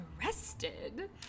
arrested